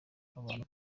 abantu